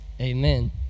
Amen